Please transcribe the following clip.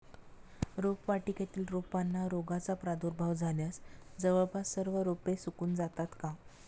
रोपवाटिकेतील रोपांना रोगाचा प्रादुर्भाव झाल्यास जवळपास सर्व रोपे सुकून जातात का?